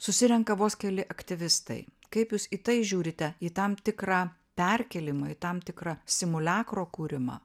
susirenka vos keli aktyvistai kaip jūs į tai žiūrite į tam tikrą perkėlimą į tam tikra simuliakro kūrimą